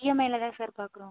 இஎம்ஐயில் தான் சார் பார்க்குறோம்